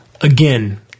Again